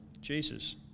Jesus